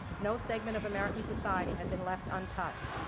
no segment of american society had been left untouched.